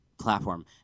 platform